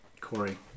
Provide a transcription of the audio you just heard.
Corey